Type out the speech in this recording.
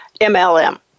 MLM